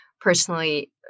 personally